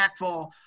impactful